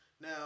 Now